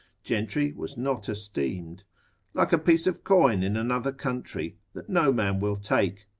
gentry was not esteemed like a piece of coin in another country, that no man will take,